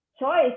choice